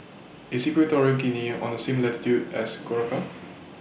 IS Equatorial Guinea on The same latitude as Curacao